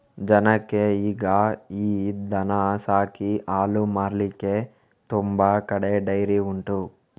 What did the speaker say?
ಜನಕ್ಕೆ ಈಗ ಈ ದನ ಸಾಕಿ ಹಾಲು ಮಾರ್ಲಿಕ್ಕೆ ತುಂಬಾ ಕಡೆ ಡೈರಿ ಉಂಟು